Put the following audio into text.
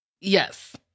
Yes